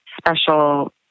special